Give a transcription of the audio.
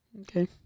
Okay